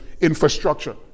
infrastructure